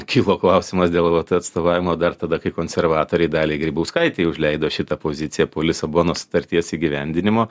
kilo klausimas dėl atstovavimo dar tada kai konservatoriai daliai grybauskaitei užleido šitą poziciją po lisabonos sutarties įgyvendinimo